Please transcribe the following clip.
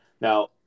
Now